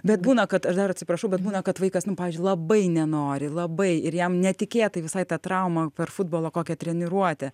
bet būna kad aš dar atsiprašau bet būna kad vaikas nu pavyzdžiui labai nenori labai ir jam netikėtai visai ta trauma per futbolo kokią treniruotę